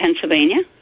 Pennsylvania